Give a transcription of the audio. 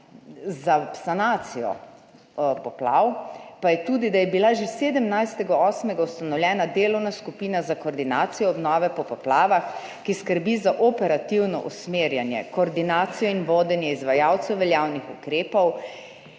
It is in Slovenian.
za sanacijo poplav pa je tudi, da je bila že 17. 8. ustanovljena delovna skupina za koordinacijo obnove po poplavah, ki skrbi za operativno usmerjanje, koordinacijo in vodenje izvajalcev veljavnih ukrepov